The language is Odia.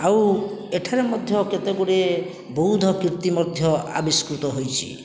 ଆଉ ଏଠାରେ ମଧ୍ୟ କେତେଗୁଡ଼ିଏ ବୌଦ୍ଧ କୀର୍ତ୍ତି ମଧ୍ୟ ଆବିଷ୍କୃତ ହୋଇଛି